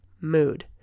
mood